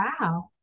wow